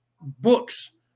books